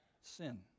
sin